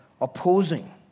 opposing